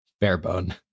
Barebone